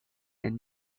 and